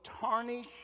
tarnish